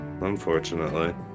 unfortunately